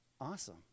awesome